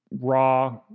raw